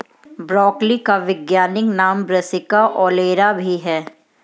broccoli का वैज्ञानिक नाम ब्रासिका ओलेरा भी है